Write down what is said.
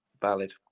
valid